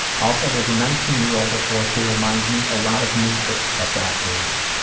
also, there's a nineteen-year-old at work who reminds me a lot of me at at that age.